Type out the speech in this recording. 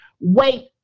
wait